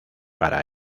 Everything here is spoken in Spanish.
para